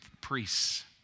priests